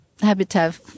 habitat